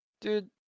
Dude